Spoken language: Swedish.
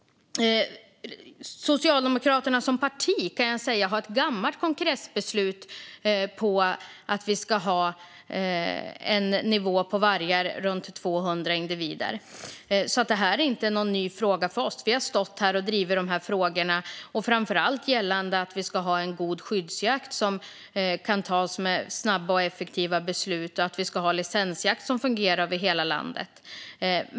Socialdemokraterna som parti har ett gammalt kongressbeslut på att nivån på antalet vargar ska ligga runt 200 individer. Detta är alltså ingen ny fråga för oss. Vi har stått här och drivit dessa frågor, och framför allt att vi ska ha en god skyddsjakt som det kan fattas beslut om snabbt och effektivt och att vi ska ha en licensjakt som fungerar över hela landet.